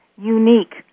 unique